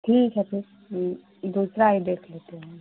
ठीक है फिर दूसरा ही देख लेते हैं